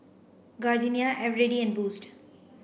Gardenia Eveready and Boost